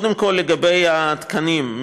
קודם כול, לגבי התקנים.